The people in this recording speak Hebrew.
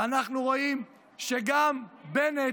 ואנחנו רואים שגם בנט,